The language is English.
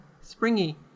springy